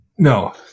No